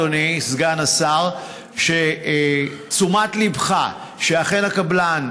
אדוני סגן השר את תשומת ליבך שאכן הקבלן,